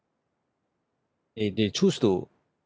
and they choose to